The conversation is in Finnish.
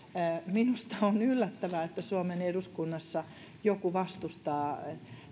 minusta on yllättävää että suomen eduskunnassa joku vastustaa